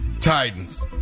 Titans